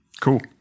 Cool